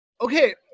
okay